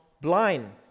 blind